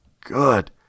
good